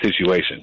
situation